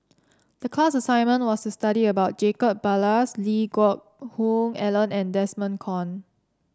the class assignment was to study about Jacob Ballas Lee Geck Hoon Ellen and Desmond Kon